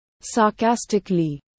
sarcastically